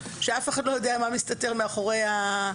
שאף אחד לא יודע מה מסתתר מאחורי זה.